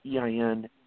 EIN